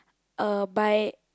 uh by